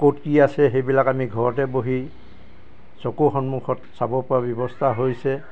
ক'ত কি আছে সেইবিলাক আমি ঘৰতে বহি চকু সন্মুখত চাব পৰা ব্যৱস্থা হৈছে